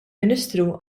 ministru